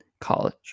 College